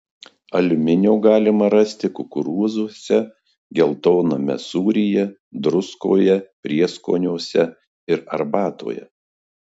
aliuminio galima rasti kukurūzuose geltoname sūryje druskoje prieskoniuose ir arbatoje